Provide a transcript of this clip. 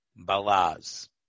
balaz